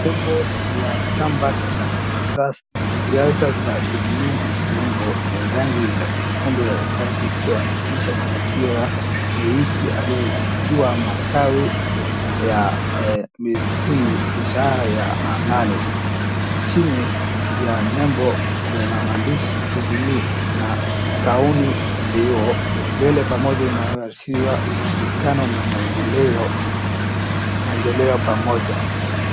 Lebo ya chama cha kisiasa cha Jubilee . Lebo ni rangi nyekundu ikiwa na picha, ikiwa nyeusi, ikiwa matawi ya msituni ishara ya amani. Chini ya lebo kuna maandishi jubilee na kauni mbio mbele pamoja na ushirikano na maendeleo pamoja.